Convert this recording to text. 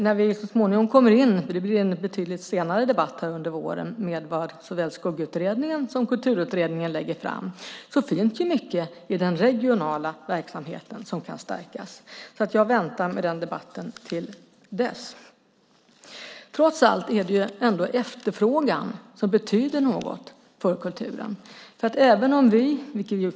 När vi så småningom kommer in på - det blir en betydligt senare debatt under våren - vad såväl skuggutredningen som Kulturutredningen lägger fram finns det mycket i den regionala verksamheten som kan stärkas. Jag väntar med den debatten till dess. Trots allt är det ändå efterfrågan som betyder något för kulturen.